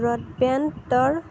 ব্ৰডবেণ্ডৰ